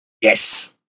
Yes